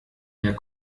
mehr